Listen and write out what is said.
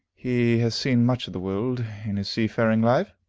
he has seen much of the world, in his seafaring life,